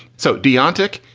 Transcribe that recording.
so dionte ok.